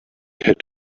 had